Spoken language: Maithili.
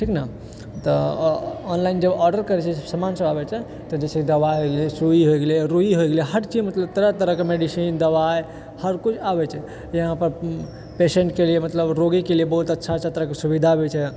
ठीक ने तऽ ऑनलाइन जब ऑडर करै छै समान सब आबै छै तब जे छै दवाइ या सुई होइ गेलै रुई हो गेलै हर चीज मतलब तरह तरहके मेडिसीन दवाइ हर किछु आबए छै चाहे यहाँ पर पेशेंटके लिए जे मतलब रोगी केलिए बहुत अच्छा अच्छा तरहकेँ सुविधा भी छै